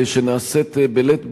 שנעשית בלית ברירה,